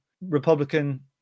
Republican